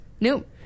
Nope